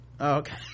Okay